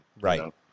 Right